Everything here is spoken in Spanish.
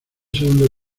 segundo